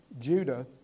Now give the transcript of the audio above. Judah